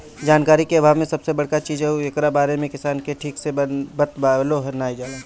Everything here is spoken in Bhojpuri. जानकारी के आभाव सबसे बड़का चीज हअ, एकरा बारे में किसान के ठीक से बतवलो नाइ जाला